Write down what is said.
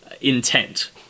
intent